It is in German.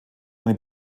eine